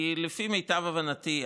כי לפי מיטב הבנתי,